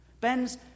Ben's